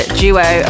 duo